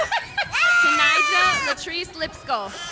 tinita latrice lipscol,